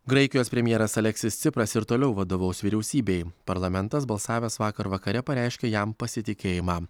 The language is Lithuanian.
graikijos premjeras aleksis cipras ir toliau vadovaus vyriausybei parlamentas balsavęs vakar vakare pareiškė jam pasitikėjimą